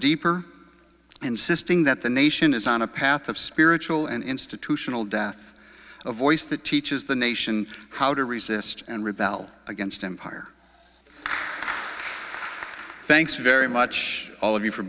deeper insisting that the nation is on a path of spiritual and institutional death a voice that teaches the nation how to resist and rebel against empire thanks very much all of you for